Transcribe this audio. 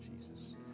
Jesus